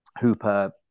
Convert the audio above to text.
Hooper